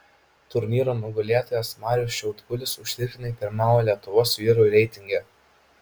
turnyro nugalėtojas marius šiaudkulis užtikrintai pirmauja lietuvos vyrų reitinge